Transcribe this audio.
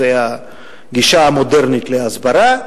וזו הגישה המודרנית להסברה.